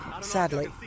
sadly